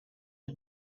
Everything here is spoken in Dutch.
het